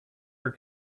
her